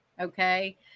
okay